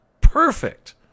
perfect